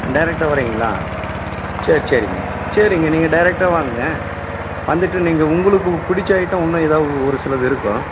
டைரெக்ட்டா வர்றீங்களா சரி சரிங்க சரிங்க நீங்கள் டைரெக்ட்டா வாங்கங்க வந்துவிட்டு நீங்கள் உங்களுக்கு பிடிச்ச ஐட்டம் இன்னும் எதா ஒருசிலது இருக்கும்